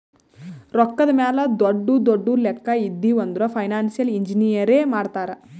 ರೊಕ್ಕಾದ್ ಮ್ಯಾಲ ದೊಡ್ಡು ದೊಡ್ಡು ಲೆಕ್ಕಾ ಇದ್ದಿವ್ ಅಂದುರ್ ಫೈನಾನ್ಸಿಯಲ್ ಇಂಜಿನಿಯರೇ ಮಾಡ್ತಾರ್